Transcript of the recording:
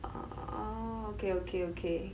ah okay okay okay